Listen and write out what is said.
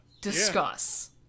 Discuss